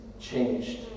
changed